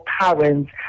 parents